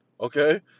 okay